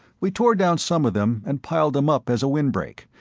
we tore down some of them and piled them up as a windbreak,